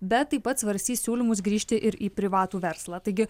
bet taip pat svarstys siūlymus grįžti ir į privatų verslą taigi